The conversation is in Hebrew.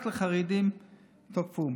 רק את החרדים תקפו.